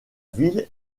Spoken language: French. ville